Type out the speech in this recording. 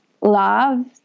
love